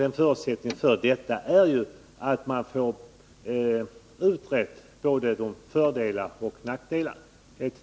En förutsättning för detta är naturligtvis att man får både fördelarna och nackdelarna utredda.